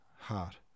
heart